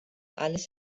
alles